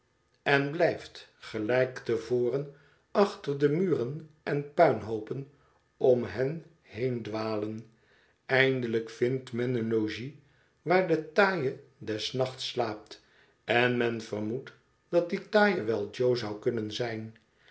en blijft gelijk te voren achter de muren en puinhoopen om hen heen dwalen eindelijk vindt men een logies waar de taaie des nachts slaapt en men vermoedt dat die taaie wel jo zou kunnen zijn